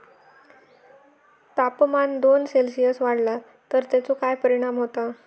तापमान दोन सेल्सिअस वाढला तर तेचो काय परिणाम होता?